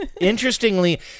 Interestingly